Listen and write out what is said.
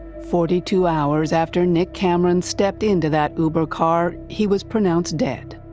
forty two hours after nick cameron stepped into that uber car, he was pronounced dead.